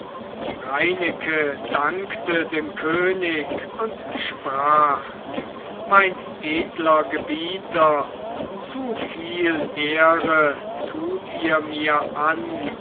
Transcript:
reineke dankte dem könig und sprach mein edler gebieter zu viel ehre tut ihr mir an